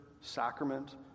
sacrament